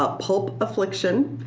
ah pulp affliction,